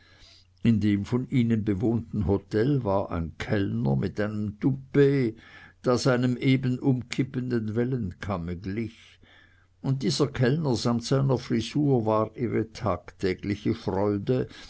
in dem von ihnen bewohnten hotel war ein kellner mit einem toupet das einem eben umkippenden wellenkamme glich und dieser kellner samt seiner frisur war ihre tagtägliche freude